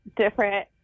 different